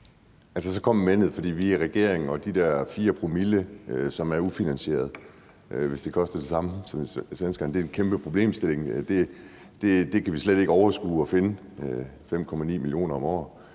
Så kom men'et: Fordi man er i regering, er de der 0,004 promille, som er ufinansierede – hvis det koster det samme som hos nordmændene – en kæmpe problemstilling, og man kan slet ikke overskue at finde 5,9 mio. kr. om året.